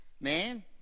man